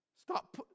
Stop